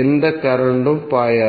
எந்த கரண்ட்டும் பாயாது